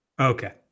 Okay